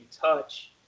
touch